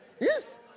Yes